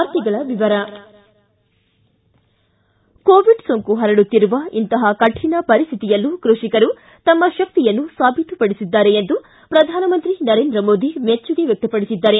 ವಾರ್ತೆಗಳ ವಿವರ ಕೋವಿಡ್ ಸೋಂಕು ಹರಡುತ್ತಿರುವ ಇಂತಹ ಕಠಿಣ ಪರಿಸ್ಥಿತಿಯಲ್ಲೂ ಕೃಷಿಕರು ತಮ್ಮ ಶಕ್ತಿಯನ್ನು ಸಾಬೀತುಪಡಿಸಿದ್ದಾರೆ ಎಂದು ಪ್ರಧಾನಮಂತ್ರಿ ನರೇಂದ್ರ ಮೋದಿ ಮೆಚ್ಚುಗೆ ವ್ಯಕ್ತಪಡಿಸಿದ್ದಾರೆ